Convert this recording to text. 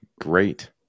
great